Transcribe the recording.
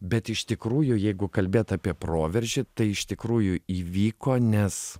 bet iš tikrųjų jeigu kalbėt apie proveržį tai iš tikrųjų įvyko nes